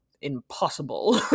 impossible